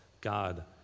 God